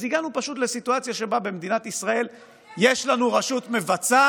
אז הגענו פשוט לסיטואציה שבה במדינת ישראל יש לנו רשות מבצעת